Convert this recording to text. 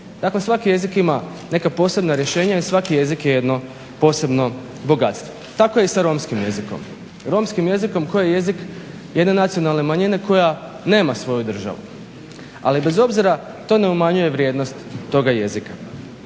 Dakle, svaki jezik ima neka posebna rješenja i svaki jezik je jedno posebno bogatstvo. Tako je i sa romskim jezikom koji je jezik jedne nacionalne manjine koja nema svoju državu, ali bez obzira to ne umanjuje vrijednost toga jezika.